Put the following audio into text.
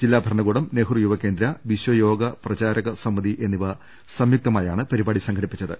ജില്ലാ ഭരണകൂടം നെഹ്റു യുവകേന്ദ്ര വിശ്വ യോഗ പ്രചാരക സമിതി എന്നിവ സംയുക്തമായാണ് പരിപാടി സംഘടിപ്പിച്ച ത്